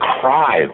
cry